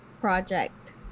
project